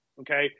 Okay